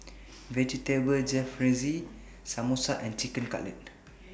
Vegetable Jalfrezi Samosa and Chicken Cutlet